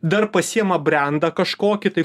dar pasiėma brendą kažkokį tai